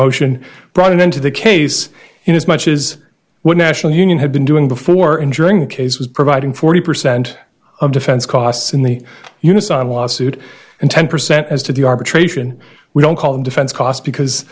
motion brought into the case in as much is what national union had been doing before and during the case was providing forty percent of defense costs in the unisom lawsuit and ten percent as to the arbitration we don't call them defense cost because